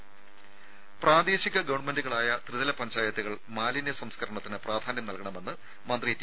രുദ പ്രാദേശിക ഗവൺമെന്റുകളായ ത്രിതല പഞ്ചായത്തുകൾ മാലിന്യ സംസ്ക്കരണത്തിന് പ്രാധാന്യം നൽകണമെന്ന് മന്ത്രി ടി